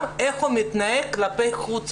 גם איך הוא מתנהג כלפי חוץ,